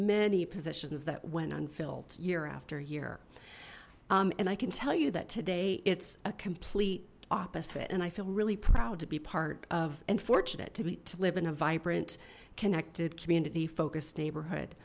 many positions that went unfilled year after year and i can tell you that today it's a complete opposite and i feel really proud to be part of unfortunate to be to live in a vibrant connected community focused neighborhood